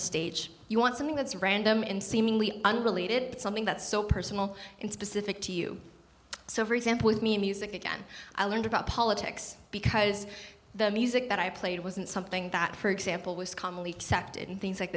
stage you want something that's random in seemingly unrelated something that's so personal and specific to you so for example with me music again i learned about politics because the music that i played wasn't something that for example was commonly accepted in things like